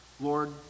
Lord